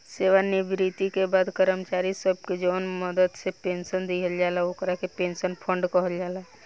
सेवानिवृत्ति के बाद कर्मचारी सब के जवन मदद से पेंशन दिहल जाला ओकरा के पेंशन फंड कहल जाला